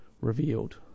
revealed